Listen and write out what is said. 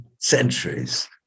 centuries